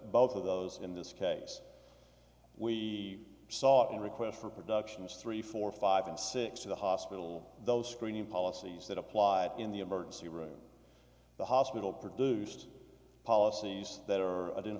both of those in this case we saw in requests for productions three four five and six to the hospital those screening policies that applied in the emergency room the hospital produced policies that